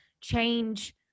change